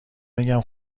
بگم